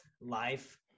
life